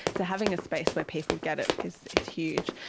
so having a space where people get it is is huge,